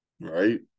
right